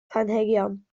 planhigion